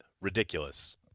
Ridiculous